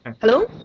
Hello